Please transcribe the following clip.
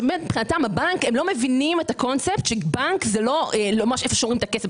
שלא מבינים את הקונצפט שבנק זה לא איפה ששומרים את הכסף.